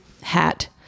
hat